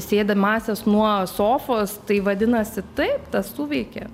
sėdimąsias nuo sofos tai vadinasi taip tas suveikė